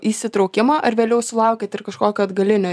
įsitraukimą ar vėliau sulaukiat ir kažkokio atgalinio